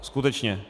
Skutečně.